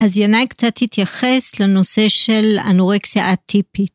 אז ינאי קצת יתייחס לנושא של אנורקסיה אטיפית.